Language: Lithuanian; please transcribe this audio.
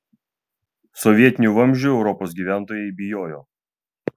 sovietinių vamzdžių europos gyventojai bijojo